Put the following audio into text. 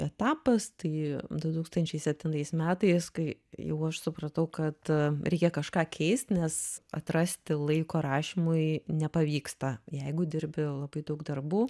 etapas tai du tūkstančiai septintais metais kai jau aš supratau kad reikia kažką keist nes atrasti laiko rašymui nepavyksta jeigu dirbi labai daug darbų